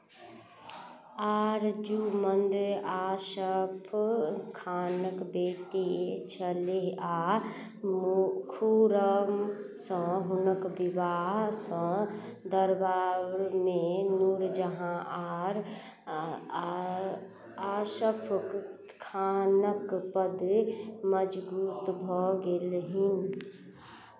आरजूमन्द आसफ खानक बेटी छलीह आ खुर्रमसँ हुनक विवाहसँ दरबारमे नूरजहाँ आर आ आसफ खानक पद मजगूत भऽ गेलनि